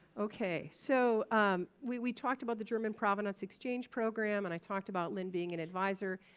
okay, so we we talked about the german provenance exchange program and i talked about lynn being an advisor.